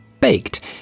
baked